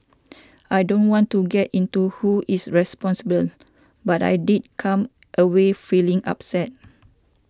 I don't want to get into who is responsible but I did come away feeling upset